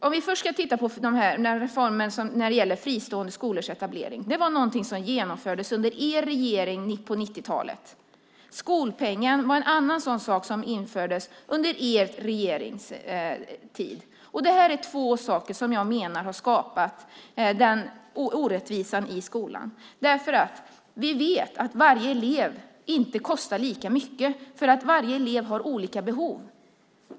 Om vi tittar på den reform som möjliggjorde etableringen av fristående skolor ser vi att den genomfördes under er regeringstid på 90-talet. Likaså infördes skolpengen under er regeringstid. Det är två saker som jag menar skapat orättvisa i skolan. Vi vet nämligen att alla elever inte kostar lika mycket. Alla elever har olika behov.